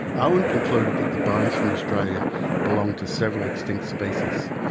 ah owen concluded that the bones from australia belonged to several extinct species.